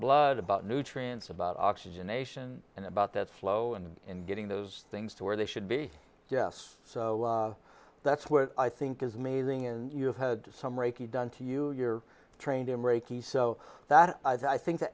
blood about nutrients about oxygenation and about that slow and in getting those things to where they should be yes so that's what i think is amazing and you had some reiki done to you you're trained in reiki so that i think the